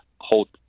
hold